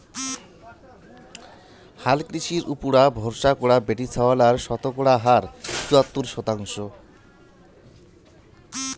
হালকৃষির উপুরা ভরসা করা বেটিছাওয়ালার শতকরা হার চুয়াত্তর শতাংশ